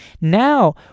Now